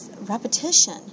repetition